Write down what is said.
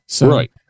Right